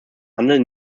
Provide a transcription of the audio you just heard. handeln